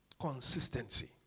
Consistency